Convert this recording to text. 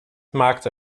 maakte